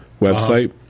website